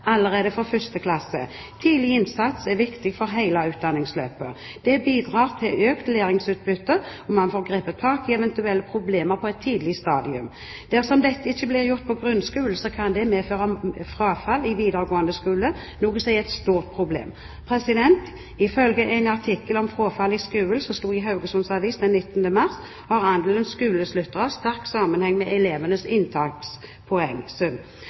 allerede fra 1. klasse. Tidlig innsats er viktig for hele utdanningsløpet. Det bidrar til økt læringsutbytte, og man får grepet tak i eventuelle problemer på et tidlig stadium. Dersom dette ikke blir gjort i grunnskolen, kan det medføre frafall i videregående skole, noe som er et stort problem. Ifølge en artikkel om frafall skolen som sto i Haugesunds Avis den 19. mars, har andelen skolesluttere «sterk sammenheng med elevenes inntakspoengsum».